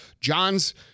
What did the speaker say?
John's